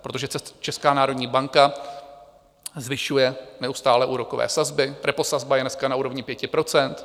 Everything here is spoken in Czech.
Protože Česká národní banka zvyšuje neustále úrokové sazby, reposazba je dneska na úrovni pěti procent.